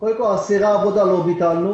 קודם כול, אסירי עבודה לא ביטלנו